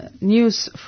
news